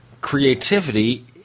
creativity